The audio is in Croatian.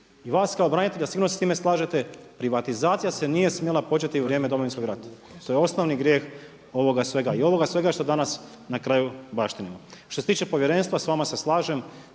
i vas kao branitelja sigurno se s time slažete, privatizacija se nije smjela početi u vrijeme Domovinskog rata, to je osnovni grijeh ovoga svega i ovoga svega što na kraju danas baštinimo. Što se tiče povjerenstva, s vama se slažem,